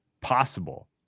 possible